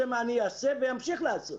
זה מה שאני אעשה ואמשיך לעשות.